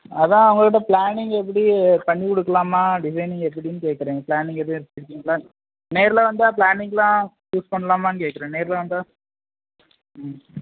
அதான் உங்கக்கிட்டே பிளானிங் எப்படி பண்ணி கொடுக்கலாமா டிசைனிங் எப்படின்னு கேக்கிறேன் பிளானிங் எதுவும் வைச்சிருக்கிங்களா நேரில் வந்தால் பிளானிங்லாம் யூஸ் பண்ணலாமானு கேக்கிறேன் நேரில் வந்தால் ம்